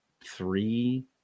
three